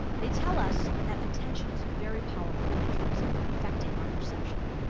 they tell us that attention is very powerful in terms of affecting our perception.